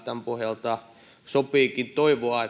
tämän pohjalta sopiikin toivoa